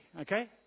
Okay